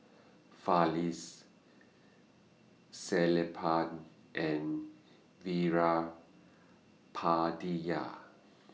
Fali Sellapan and Veerapandiya